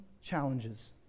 challenges